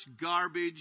garbage